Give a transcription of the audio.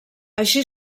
així